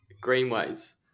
Greenways